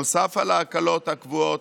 נוסף על ההקלות הקבועות,